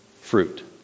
fruit